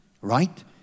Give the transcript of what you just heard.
right